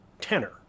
tenor